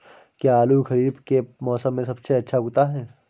क्या आलू खरीफ के मौसम में सबसे अच्छा उगता है?